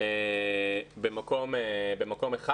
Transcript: -- במקום אחד.